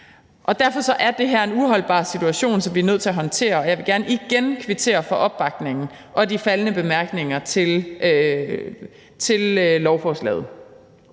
Derfor er det her en uholdbar situation, som vi er nødt til at håndtere, og jeg vil gerne igen kvittere for opbakningen og de faldne bemærkninger til lovforslaget.